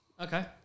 okay